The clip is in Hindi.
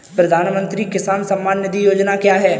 प्रधानमंत्री किसान सम्मान निधि योजना क्या है?